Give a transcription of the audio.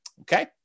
Okay